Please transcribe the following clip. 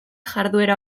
jarduera